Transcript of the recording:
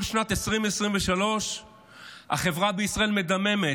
כל שנת 2023 החברה בישראל מדממת,